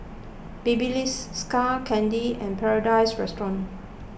Babyliss Skull Candy and Paradise Restaurant